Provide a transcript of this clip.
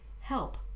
help